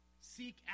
seek